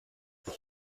ich